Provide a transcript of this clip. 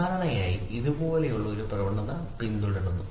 സാധാരണയായി ഇത് ഇതുപോലുള്ള ഒരു പ്രവണത പിന്തുടരുന്നു